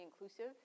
inclusive